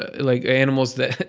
ah like animals that.